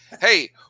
Hey